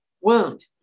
wound